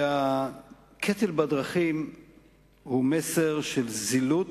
והקטל בדרכים הוא מסר של זילות